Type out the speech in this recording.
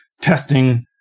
testing